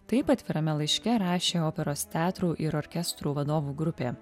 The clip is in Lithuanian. taip atvirame laiške rašė operos teatrų ir orkestrų vadovų grupė